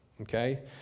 okay